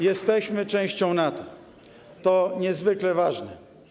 Jesteśmy częścią NATO, to niezwykle ważne.